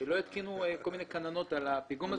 שלא יתקינו כל מיני כננות על הפיגום,